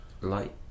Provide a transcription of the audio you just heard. light